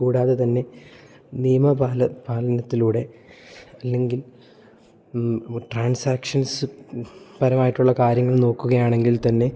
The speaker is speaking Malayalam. കൂടാതെ തന്നെ നിയമ പാലനം പാലനത്തിലൂടെ അല്ലെങ്കിൽ ട്രാൻസാക്ഷൻസ് പരമായിട്ടുള്ള കാര്യങ്ങൾ നോക്കുക ആണെങ്കിൽ തന്നെ